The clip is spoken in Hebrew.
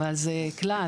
אבל זה כלל.